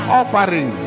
offering